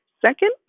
Second